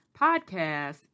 podcast